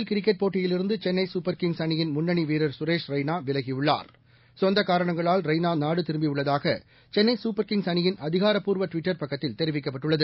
L cricket போட்டியிலிருந்து Chennai super kings அணியின் முன்னணி வீரர் சுரேஷ் ரெய்னா விலகியுள்ளார் சொந்த காரணங்களால் ரெய்னா நாடு திரும்பியுள்ளதாக சென்னை சூப்பர் கிங்ஸ் அணியின் அதிகாரப்பூர்வ ட்விட்டர் பக்கத்தில் தெரிவிக்கப்பட்டுள்ளது